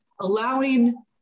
allowing